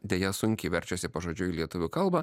deja sunkiai verčiasi pažodžiui į lietuvių kalba